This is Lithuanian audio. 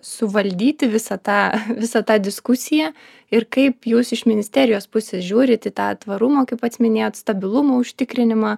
suvaldyti visą tą visą tą diskusiją ir kaip jūs iš ministerijos pusės žiūrit į tą tvarumo kaip pats minėjot stabilumo užtikrinimą